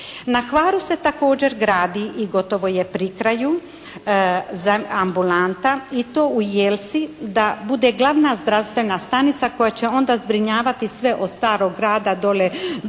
Na Hvaru se također gradi i gotovo je pri kraju ambulanta i to u Jelsi, da bude glavna zdravstvena stanica koja će onda zbrinjavati sve od Starog grada dole do